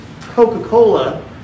coca-cola